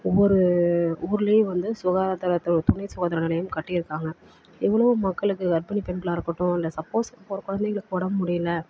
ஒவ்வொரு ஊர்லேயும் வந்து சுகாதாரத்தில் ஒரு துணை சுகாதார நிலையம் கட்டியிருக்காங்க எவ்வளவோ மக்களுக்குக் கர்ப்பிணி பெண்களாக இருக்கட்டும் இல்லை சப்போஸ் இப்போ ஒரு கொழந்தைகளுக்கு உடம்பு முடியல